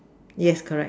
yes correct